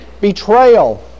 betrayal